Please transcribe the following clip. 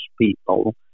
people